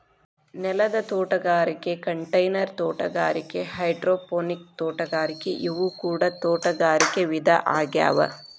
ನೆಲದ ತೋಟಗಾರಿಕೆ ಕಂಟೈನರ್ ತೋಟಗಾರಿಕೆ ಹೈಡ್ರೋಪೋನಿಕ್ ತೋಟಗಾರಿಕೆ ಇವು ಕೂಡ ತೋಟಗಾರಿಕೆ ವಿಧ ಆಗ್ಯಾವ